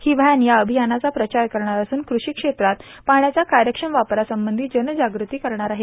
ही van या अभियानाचा प्रचार करणार असून कृषी क्षेत्रात पाण्याच्या कार्यक्षम वापरासंबंधी जनजागृती करणार आहे